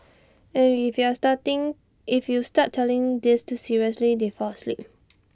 and if you are starting if you start telling this too seriously they fall asleep